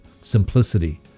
simplicity